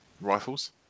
rifles